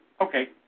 Okay